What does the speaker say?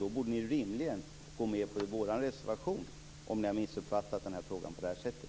Då borde ni rimligen gå med på vår reservation, om ni har missuppfattat frågan på det sättet.